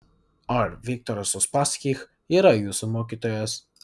ar viktoras uspaskich yra jūsų mokytojas